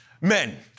men